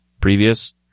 previous